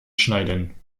schneiden